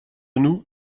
nous